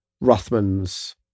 Rothman's